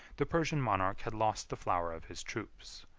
the persian monarch had lost the flower of his troops.